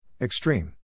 Extreme